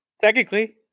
technically